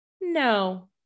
No